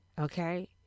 okay